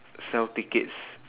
sell tickets